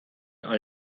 alt